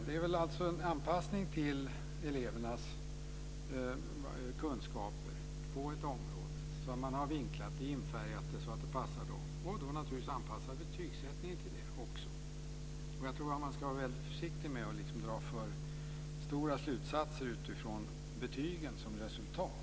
Det är alltså en anpassning till elevernas kunskaper på ett område som man har vinklat, infärgat, så att det passar dem. Då får man naturligtvis också anpassa betygsättningen till det. Jag tror att man ska vara väldigt försiktig med att dra för bestämda slutsatser utifrån betygen som resultat.